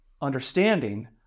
understanding